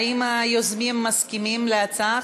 האם היוזמים מסכימים להצעה?